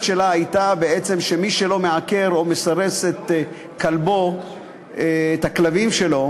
שלה הייתה שמי שלא מעקר או מסרס את הכלבים שלו,